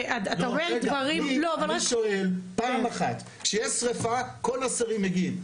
אתה אומר דברים --- אני שואל פעם אחת שיש שריפה כל השרים מגיעים.